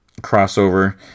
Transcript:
crossover